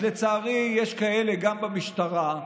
אז לצערי יש כאלה גם במשטרה.